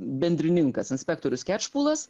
bendrininkas inspektorius kečpulas